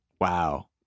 Wow